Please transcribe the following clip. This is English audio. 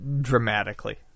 dramatically